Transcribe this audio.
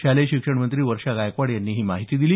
शालेय शिक्षणमंत्री वर्षा गायकवाड यांनी ही माहिती दिली